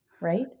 right